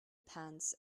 pants